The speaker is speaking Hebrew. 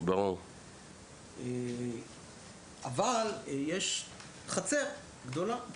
אבל יש חצר גדולה,